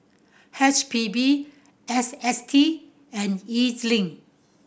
H P B S S T and E Z Link